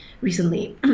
recently